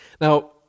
Now